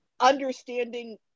understanding